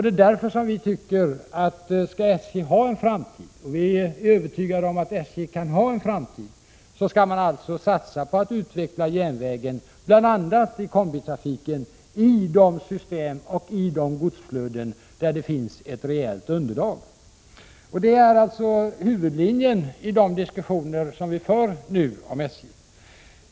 Det är därför som vi tycker att man, om SJ skall ha en framtid — och vi är övertygade om att SJ kan ha en framtid — skall satsa på att utveckla järnvägen, bl.a. i kombitrafiken, i de system och i det godsflöde där det finns ett rejält underlag. Detta är huvudlinjen i de diskussioner som vi nu för om SJ.